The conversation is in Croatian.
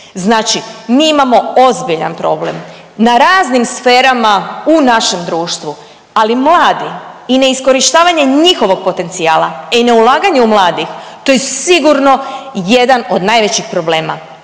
Znači, mi imamo ozbiljan problem na raznim sferama u našem društvu, ali mladi i neiskorištavanje njihovog potencijala i neulaganje u mladih, to je sigurno jedan od najvećih problema.